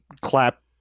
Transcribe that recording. clap